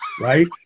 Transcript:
right